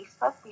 Facebook